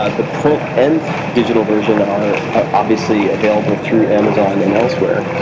ah the print-end digital versions are ah obviously available through amazon and elsewhere,